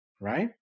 right